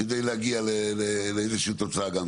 כדי להגיע לאיזושהי תוצאה.